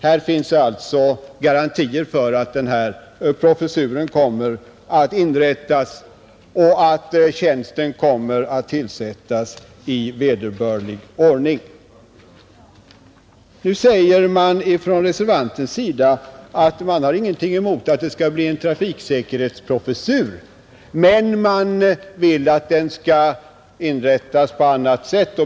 Det finns alltså garantier för att den här professuren kommer att inrättas och att tjänsten kommer att tillsättas i vederbörlig ordning. Nu säger reservanten att han inte har någonting emot att det blir en trafiksäkerhetsprofessur. Men han vill att den skall inrättas på annat sätt.